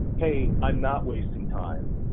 hey, i'm not wasting time,